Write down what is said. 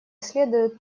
следует